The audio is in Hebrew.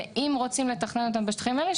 ואם רוצים לתכנן אותם בשטחים האלה,